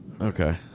Okay